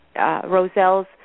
Roselle's